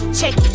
check